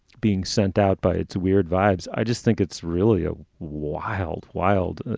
being sent out by its weird vibes. i just think it's really a wild, wild,